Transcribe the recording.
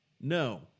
no